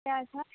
کیٛازِ حظ